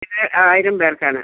ഇത് ആയിരം പേർക്കാണ്